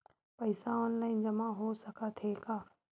पईसा ऑनलाइन जमा हो साकत हे का?